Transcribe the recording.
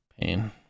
Pain